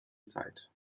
zeit